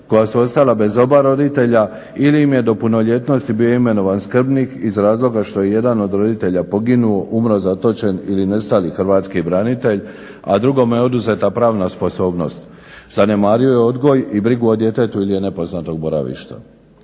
koja su ostala bez oba roditelja ili im je do punoljetnosti bio imenovan skrbnik. Iz razloga što je jedan od roditelja poginuo, umro, zatočen ili nestali hrvatski branitelj, a drugome je oduzeta pravna sposobnost, zanemario je odgoj i brigu o djetetu ili je nepoznatog boravišta.